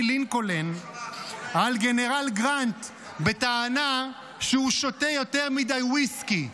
לינקולן על גנרל גרנט בטענה שהוא שותה יותר מדי ויסקי,